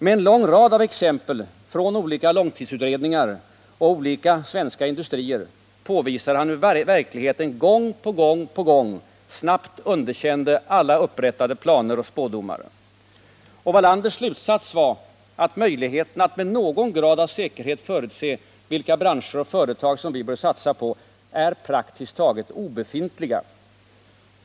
Med en lång rad av exempel från långtidsutredningar och olika svenska industrier påvisar han hur verkligheten gång på gång på gång snabbt underkänt upprättade planer och spådomar. Wallanders slutsats är att möjligheterna att med någon grad av säkerhet förutse vilka branscher och företag som vi bör satsa på, är praktiskt taget obefintliga.